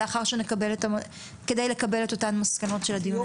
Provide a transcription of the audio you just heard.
לאחר שנקבל את המסקנות של הדיון הזה.